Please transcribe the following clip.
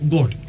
God